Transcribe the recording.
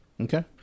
Okay